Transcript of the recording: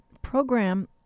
program